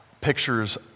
pictures